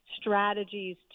strategies